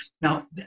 Now